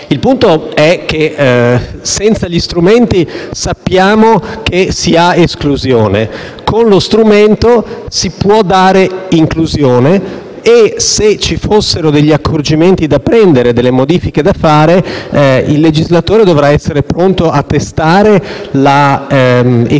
Il punto è che senza gli strumenti sappiamo che si ha esclusione; con lo strumento si può dare inclusione, e se ci fossero accorgimenti da prendere, modifiche da fare, il legislatore dovrà essere pronto a testare l'efficacia